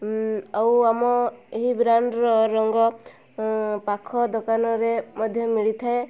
ଆଉ ଆମ ଏହି ବ୍ରାଣ୍ଡ୍ର ରଙ୍ଗ ପାଖ ଦୋକାନରେ ମଧ୍ୟ ମିଳିଥାଏ